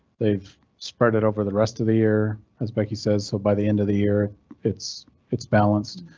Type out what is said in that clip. they've spread it over the rest of the year, as becky says, so by the end of the year it's it's balanced